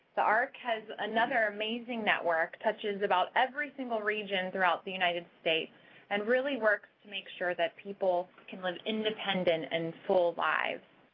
the arc has another amazing network, touches about every single region throughout the united states and really works to make sure that people can live independent and full lives.